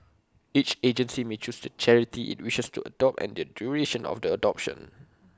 each agency may choose the charity IT wishes to adopt and the duration of the adoption